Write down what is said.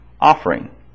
offering